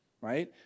Right